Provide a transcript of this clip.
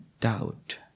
doubt